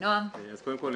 קודם כל,